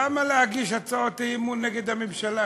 למה להגיש הצעות אי-אמון נגד הממשלה?